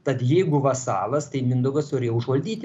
tad jeigu vasalas tai mindaugas turėjo užvaldyti